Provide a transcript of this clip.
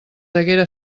haguera